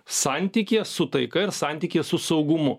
santykyje su taika ir santykyje su saugumu